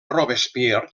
robespierre